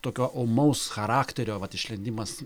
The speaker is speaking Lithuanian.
tokio ūmaus charakterio vat išlindimas